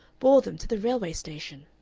bore them to the railway station.